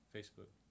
Facebook